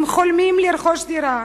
הם חולמים לרכוש דירה,